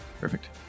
Perfect